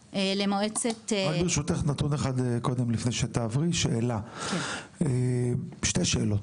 ברשותך, שתי שאלות.